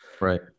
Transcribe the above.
Right